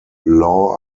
law